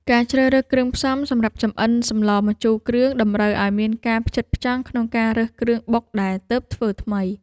ការជ្រើសរើសគ្រឿងផ្សំសម្រាប់ចំអិនសម្លម្ជូរគ្រឿងតម្រូវឱ្យមានការផ្ចិតផ្ចង់ក្នុងការរើសគ្រឿងបុកដែលទើបធ្វើថ្មី។